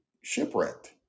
shipwrecked